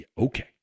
Okay